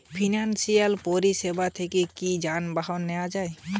Financial পরিসেবা থেকে কি যানবাহন নেওয়া যায়?